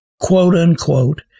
quote-unquote